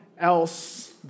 else